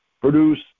produce